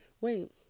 Wait